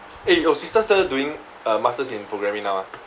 eh your sister still doing uh masters in programming now ah